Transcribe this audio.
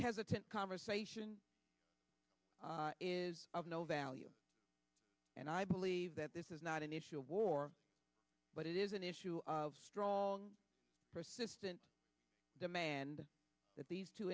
hesitant conversation is of no value and i believe that this is not an issue of war but it is an issue of strong persistent demand that these two